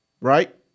Right